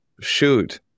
shoot